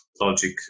logic